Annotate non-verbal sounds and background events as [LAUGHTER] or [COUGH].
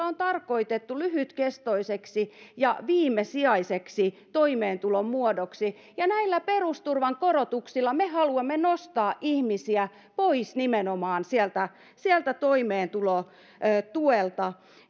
[UNINTELLIGIBLE] on tarkoitettu lyhytkestoiseksi ja viimesijaiseksi toimeentulomuodoksi ja näillä perusturvan korotuksilla me haluamme nostaa ihmisiä pois nimenomaan sieltä sieltä toimeentulotuelta